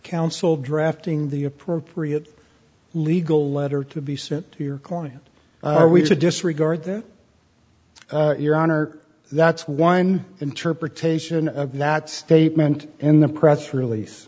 counsel drafting the appropriate legal letter to be sent to your client are we to disregard their your honor that's one interpretation of that statement in the press release